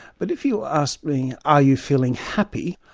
but if you ask me, are you feeling happy?